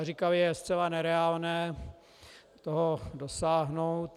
Říkali, je zcela nereálné toho dosáhnout.